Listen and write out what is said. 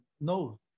no